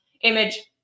image